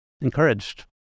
encouraged